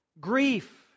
Grief